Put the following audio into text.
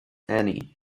annie